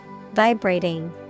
Vibrating